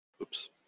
Oops